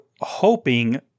hoping